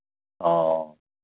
ꯑꯣ